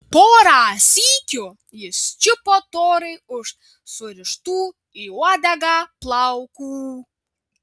porą sykių jis čiupo torai už surištų į uodegą plaukų